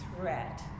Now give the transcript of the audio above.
threat